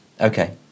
Okay